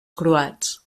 croats